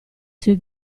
suoi